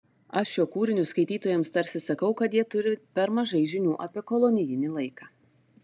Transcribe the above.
aš šiuo kūriniu skaitytojams tarsi sakau kad jie turi per mažai žinių apie kolonijinį laiką